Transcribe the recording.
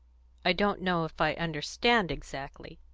i don't know if i understand exactly,